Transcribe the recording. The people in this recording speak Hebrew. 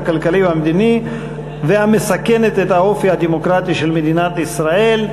הכלכלי והמדיני המסכנת את האופי הדמוקרטי של מדינת ישראל.